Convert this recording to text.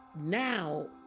now